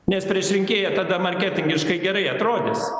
nes prieš rinkėją tada marketingiškai gerai atrodys